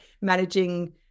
managing